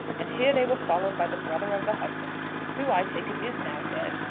and here they were followed by the brother of the husband who i take it is now dead,